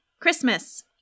Christmas